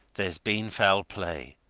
there's been foul play!